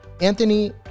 Anthony